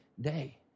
day